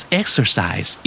exercise